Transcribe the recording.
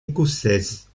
écossaise